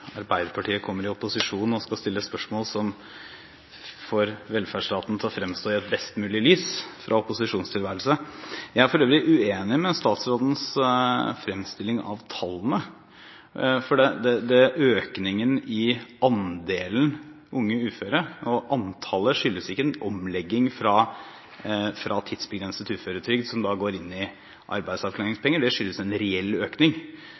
Arbeiderpartiet kommer i opposisjon og skal stille spørsmål som får velferdsstaten til å fremstå i et best mulig lys fra opposisjonstilværelse. Jeg er for øvrig uenig i statsrådens fremstilling av tallene, for økningen i andelen og antallet unge uføre skyldes ikke en omlegging fra tidsbegrenset uføretrygd, som da går inn i arbeidsavklaringspenger, det skyldes en reell økning.